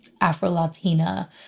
Afro-Latina